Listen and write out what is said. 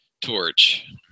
Torch